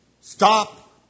stop